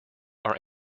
are